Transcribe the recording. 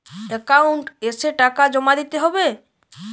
Account এসে টাকা জমা দিতে হবে?